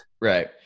Right